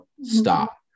stop